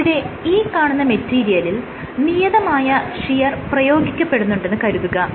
ഇവിടെ ഈ കാണുന്ന മെറ്റീരിയലിൽ നിയതമായ ഷിയർ പ്രയോഗിക്കപ്പെടുന്നുണ്ടെന്ന് കരുതുക